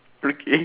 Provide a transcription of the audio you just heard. okay